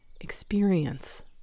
experience